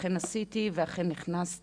ואכן עשיתי זאת ואכן נכנסתי,